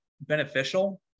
beneficial